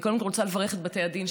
אני קודם כול רוצה לברך את בתי הדין,